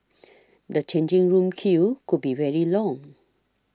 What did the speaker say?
the changing room queues could be very long